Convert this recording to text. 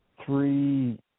three